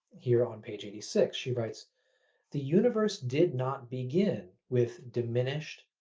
here on page eighty six she writes the universe did not begin with diminished,